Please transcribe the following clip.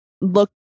look